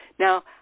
Now